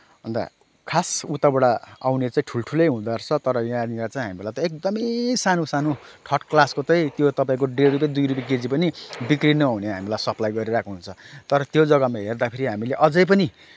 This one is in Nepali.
अन्त खास उताबाट आउने चाहिँ ठुलो ठुलै हुँदो रहेछ तर यहाँनिर चाहिँ हामीलाई एकदमै सानो सानो थर्ड क्लासको चाहिँ त्यो तपाईँको डेढ रुपियाँ दुई रुपियाँ केजी पनि बिक्री नहुने हामीलाई सप्लाई गरिरहेको हुन्छ तर त्यो जग्गामा हेर्दाखेरि हामीले अझै पनि